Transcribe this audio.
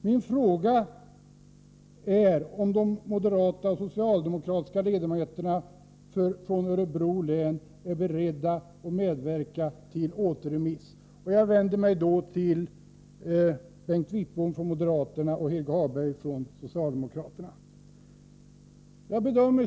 Min fråga är: Är de moderata och socialdemokratiska ledamöterna från Örebro län beredda att medverka till återremiss? Jag vänder mig nu till Bengt Wittbom från moderaterna och Helge Hagberg från socialdemokraterna.